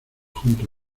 juntos